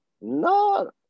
no